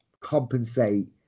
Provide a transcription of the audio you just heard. compensate